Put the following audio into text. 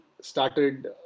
started